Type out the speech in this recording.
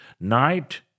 night